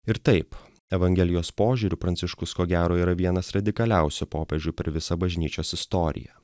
ir taip evangelijos požiūriu pranciškus ko gero yra vienas radikaliausių popiežių per visą bažnyčios istoriją